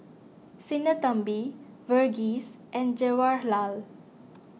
Sinnathamby Verghese and Jawaharlal